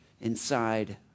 inside